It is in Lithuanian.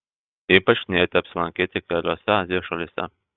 ypač knieti apsilankyti keliose azijos šalyse